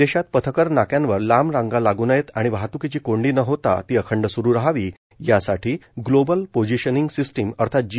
देशात पथकर नाक्यांवर लांब रांगा लागू नयेत आणि वाहतुकीची कोंडी न होता ती अखंड स्रू रहावी यासाठी ग्लोबल पोझिशनिंग सिस्टम अर्थात जी